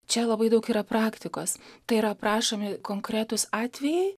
čia labai daug yra praktikos tai yra aprašomi konkretūs atvejai